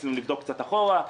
רצינו לבדוק קצת אחורה.